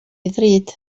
ddrud